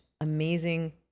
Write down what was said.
amazing